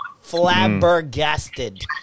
flabbergasted